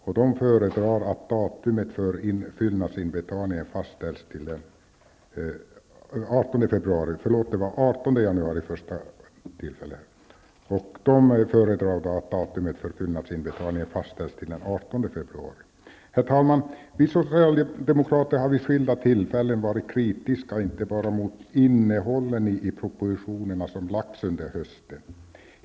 Man föredrar i stället att datumet för fyllnadsinbetalning fastställs till den 18 februari. Herr talman! Vi socialdemokrater har vid skilda tillfällen varit kritiska, inte bara mot innehållet i propositionerna som lagts fram under hösten.